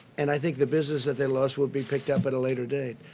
and i think the business that they lost will be picked up at a later date.